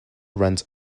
runs